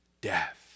death